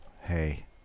Hey